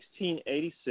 1686